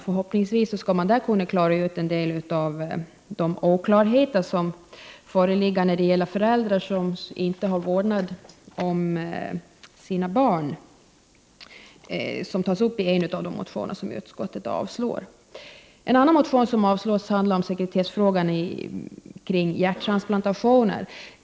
Förhoppningsvis skall man på detta sätt kunna rätta till en del av de oklarheter som föreligger när det gäller föräldrar som inte har vårdnaden om sina barn. Denna fråga tas upp i en av de motioner som utskottet avstyrker. En annan motion som avstyrks handlar om sekretessfrågan kring hjärttransplantationer.